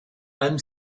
allem